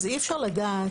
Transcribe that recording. אז אי אפשר לדעת,